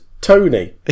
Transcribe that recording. Tony